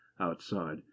outside